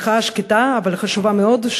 מחאה שקטה אבל חשובה מאוד,